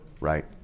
Right